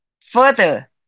further